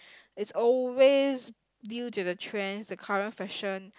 it's always due to the trends the current fashion